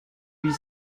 huit